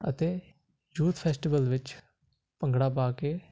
ਅਤੇ youth festival ਵਿੱਚ ਭੰਗੜਾ ਪਾ ਕੇ